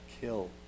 kill